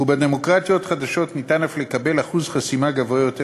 ובדמוקרטיות חדשות ניתן אף לקבל אחוז חסימה גבוה יותר.